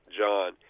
john